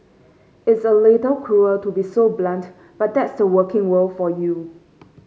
it's a little cruel to be so blunt but that's the working world for you